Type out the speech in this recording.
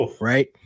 right